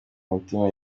mutima